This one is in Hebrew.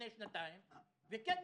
לפני שנתיים,